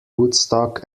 woodstock